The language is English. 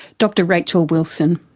dr rachel wilson.